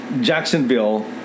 Jacksonville